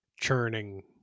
churning